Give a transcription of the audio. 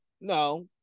no